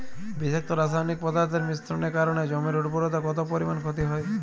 বিষাক্ত রাসায়নিক পদার্থের মিশ্রণের কারণে জমির উর্বরতা কত পরিমাণ ক্ষতি হয়?